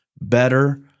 better